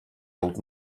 old